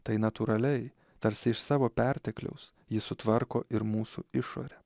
tai natūraliai tarsi iš savo pertekliaus jis sutvarko ir mūsų išorę